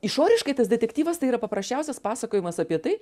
išoriškai tas detektyvas tai yra paprasčiausias pasakojimas apie tai